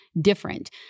different